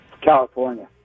California